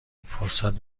فرصت